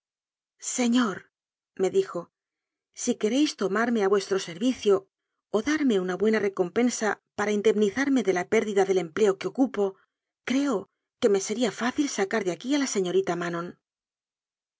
patios señorme dijo si queréis tomarme a vuestro servicio o darme una buenia recompensa para indemnizarme de la pér dida del empleo que ocupo creo que me sería fá cil sacar de aquí a la señorita manon